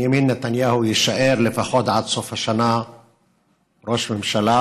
בנימין נתניהו יישאר לפחות עד סוף השנה ראש ממשלה,